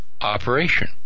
operation